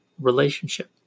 relationship